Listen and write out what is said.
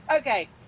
Okay